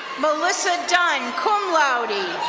melissa dunn, cum laude.